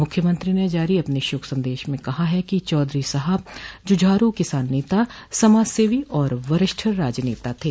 मुख्यमंत्री ने जारी अपने शोक संदेश में कहा कि चौधरी साहब जुझारू किसान नेता समाजसेवी और वरिष्ठ राजनेता थे